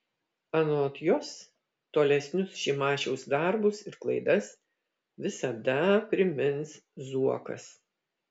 anot jos tolesnius šimašiaus darbus ir klaidas visada primins zuokas